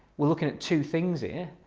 we're looking at two things here.